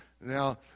Now